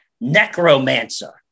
necromancer